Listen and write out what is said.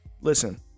listen